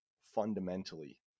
fundamentally